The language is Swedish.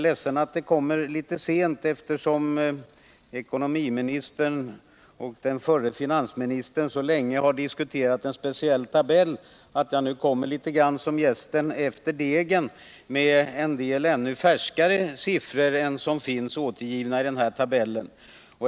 Eftersom ekonomiministern och den förre finansministern så länge har diskuterat en speciell tabell är jag ledsen över att mitt inlägg nu i någon mån kommer som jästen efter brödet i ugnen när jag anför en del ännu färskare siffror än dem som finns återgivna i tabellen.